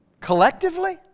Collectively